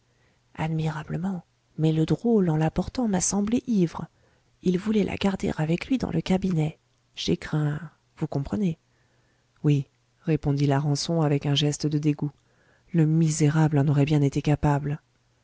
admirablement mais le drôle en l'apportant m'a semblé ivre il voulait la garder avec lui dans le cabinet j'ai craint vous comprenez oui répondit larençon avec un geste de dégoût le misérable en aurait bien été capable